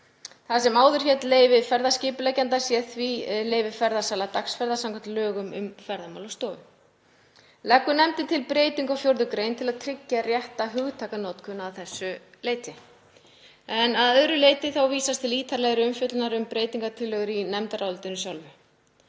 Það sem áður hét leyfi ferðaskipuleggjanda sé því leyfi ferðasala dagsferða samkvæmt lögum um Ferðamálastofu. Leggur nefndin til breytingu á 4. gr. til að tryggja rétta hugtakanotkun að þessu leyti. Að öðru leyti vísast til ítarlegrar umfjöllunar um breytingartillögur í nefndarálitinu sjálfu.